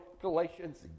Galatians